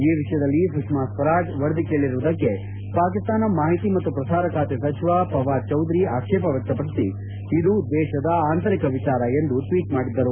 ಈ ವಿಷಯದಲ್ಲಿ ಸುಷ್ಕಾ ಸ್ವರಾಜ್ ವರದಿ ಕೇಳರುವುದಕ್ಕೆ ಪಾಕಿಸ್ತಾನ ಮಾಹಿತಿ ಮತ್ತು ಪ್ರಸಾರ ಖಾತೆ ಸಚಿವ ಫವಾದ್ ಚೌಧರಿ ಆಕ್ಷೇಪ ವ್ಯಕ್ತಪಡಿಸಿ ಇದು ದೇಶದ ಆಂತರಿಕ ವಿಚಾರ ಎಂದು ಟ್ವೀಟ್ ಮಾಡಿದ್ದರು